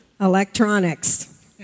Electronics